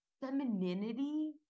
femininity